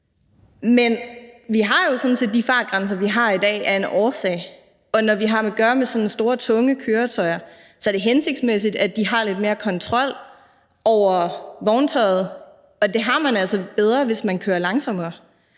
set de fartgrænser, vi har i dag, af en årsag, og når vi har at gøre med store, tunge køretøjer, er det hensigtsmæssigt, at de har lidt mere kontrol over køretøjet, og det har man altså bedre, hvis man kører langsommere.